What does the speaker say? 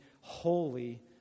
holy